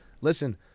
Listen